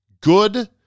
good